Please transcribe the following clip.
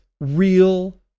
real